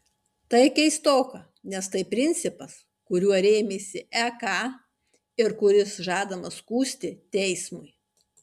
tai keistoka nes tai principas kuriuo rėmėsi ek ir kuris žadamas skųsti teismui